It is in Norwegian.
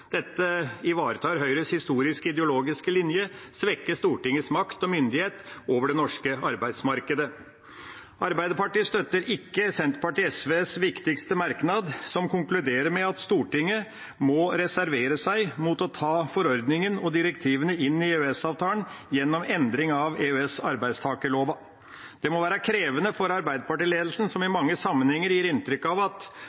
Dette ivaretar Høyres historiske ideologiske linje, det svekker Stortingets makt og myndighet over det norske arbeidsmarkedet. Arbeiderpartiet støtter ikke Senterpartiet og SVs viktigste merknad, som konkluderer med at Stortinget må reservere seg mot å ta forordningen og direktivene inn i EØS-avtalen gjennom endring av EØS-arbeidstakerloven. Det må være krevende for Arbeiderparti-ledelsen, som i mange sammenhenger gir inntrykk av at